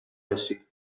بشی